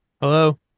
hello